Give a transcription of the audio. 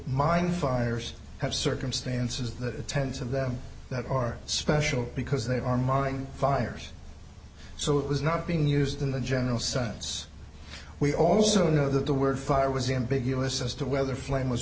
mining fires have circumstances that tens of them that are special because they are mining fires so it was not being used in the general sense we also know that the word fire was the ambiguous as to whether flame was